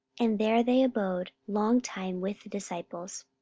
and there they abode long time with the disciples.